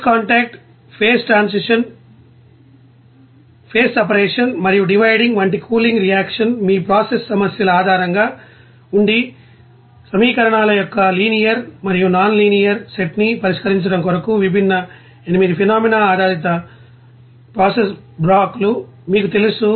phase contact phase transition phase separation మరియు dividing వంటి cooling reaction మీ ప్రాసెస్ సమస్యల ఆధారంగా ఉండే సమీకరణాల యొక్క లినియర్ మరియు నాన్ లీనియర్ సెట్ ని పరిష్కరించడం కొరకు విభిన్న 8 ఫెనోమేనా ఆధారిత ప్రాసెస్ బ్లాక్ లు మీకు తెలుసు